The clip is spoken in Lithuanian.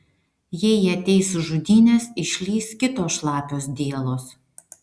jei ją teis už žudynes išlįs kitos šlapios dielos